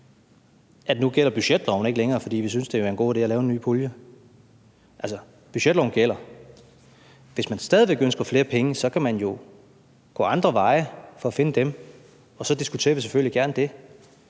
altså at budgetloven nu ikke længere gælder, fordi man synes, det vil være en god idé at lave en ny pulje? Altså, budgetloven gælder. Hvis man stadig væk ønsker flere penge, kan man jo gå andre veje for at finde dem, og så diskuterer vi selvfølgelig gerne det,